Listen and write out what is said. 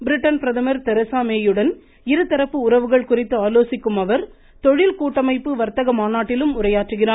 Britain பிரதமர் Theresa May யுடன் இருதரப்பு உறவுகள் குறித்து ஆலோசிக்கும் அவர் தொழில்கூட்டமைப்பு வர்த்தக மாநாட்டிலும் உரையாற்றுகிறார்